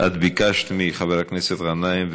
את ביקשת מחבר הכנסת גנאים,